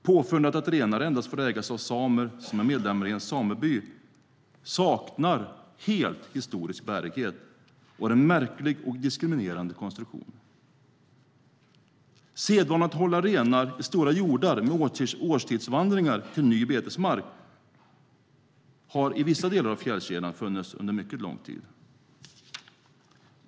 Påfundet att renar får ägas endast av samer som är medlemmar i en sameby saknar helt historisk bärighet och är en märklig och diskriminerande konstruktion. Sedvanan att hålla renar i stora hjordar med årstidsvandringar till nya betesmarker har i vissa delar av fjällkedjan funnits under mycket lång tid.